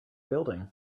building